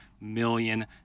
million